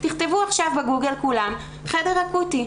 תכתבו עכשיו בגוגל כולם 'חדר אקוטי',